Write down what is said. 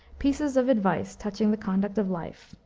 pieces of advice touching the conduct of life,